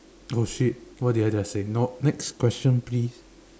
oh shit what did I just say nope next question please